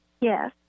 Yes